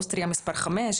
אוסטריה מספר 5,